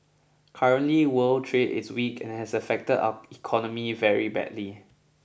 currently world trade is weak and has affected our economy very badly